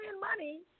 money